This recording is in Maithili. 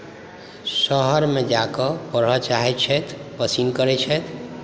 शहरमे जा कऽ पढ़य चाहैत छथि पसिन करैत छथि